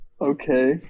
Okay